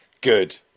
Good